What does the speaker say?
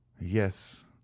yes